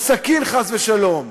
או סכין, חס ושלום.